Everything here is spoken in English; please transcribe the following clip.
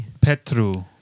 Petru